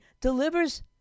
delivers